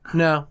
no